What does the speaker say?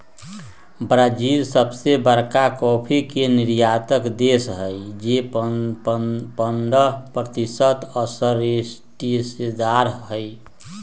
Brazil सबसे बरका coffee के निर्यातक देश हई जे पंडह प्रतिशत असगरेहिस्सेदार हई